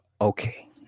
Okay